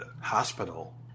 hospital